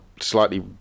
slightly